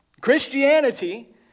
Christianity